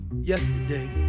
Yesterday